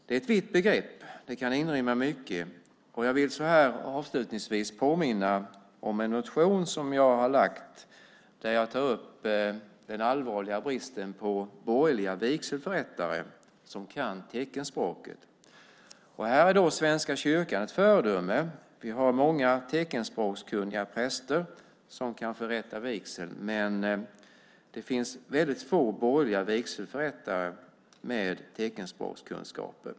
Det är ett vitt begrepp. Det kan inrymma mycket. Jag vill avslutningsvis påminna om en motion som jag har väckt och där jag tar upp den allvarliga bristen på borgerliga vigselförrättare som kan teckenspråk. Här är Svenska kyrkan ett föredöme. Vi har många teckenspråkskunniga präster som kan förrätta vigsel, men det finns väldigt få borgerliga vigselförrättare med teckenspråkskunskaper.